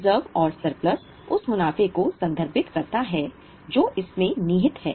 reserve और surplus उस मुनाफे को संदर्भित करता है जो इसमें निहित है